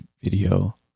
video